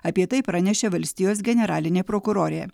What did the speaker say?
apie tai pranešė valstijos generalinė prokurorė